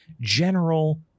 general